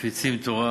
מפיצים תורה